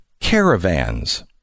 caravans